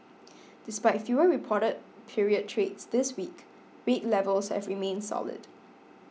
despite fewer reported period trades this week rate levels have remained solid